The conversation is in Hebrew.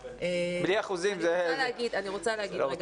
בלי אחוזים זה --- אני רוצה להגיד רגע